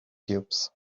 cubes